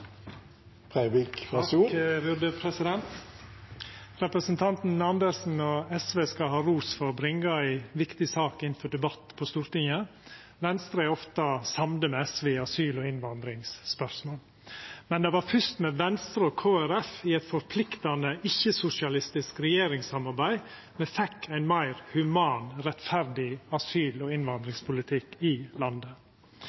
Representanten Andersen og SV skal ha ros for å bringa ei viktig sak inn for debatt på Stortinget. Venstre er ofte samd med SV i asyl- og innvandringsspørsmål. Men det var fyrst med Venstre og Kristeleg Folkeparti i eit forpliktande, ikkje-sosialistisk regjeringssamarbeid me fekk ein meir human og rettferdig asyl- og